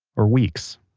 or weeks,